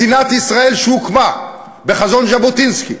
מדינת ישראל שהוקמה בחזון ז'בוטינסקי,